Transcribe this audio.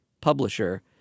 publisher